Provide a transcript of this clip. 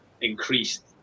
increased